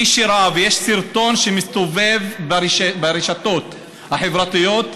מי שראה, יש סרטון שמסתובב ברשתות החברתיות,